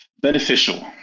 beneficial